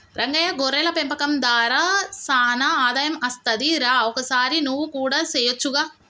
రంగయ్య గొర్రెల పెంపకం దార సానా ఆదాయం అస్తది రా ఒకసారి నువ్వు కూడా సెయొచ్చుగా